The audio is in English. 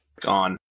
gone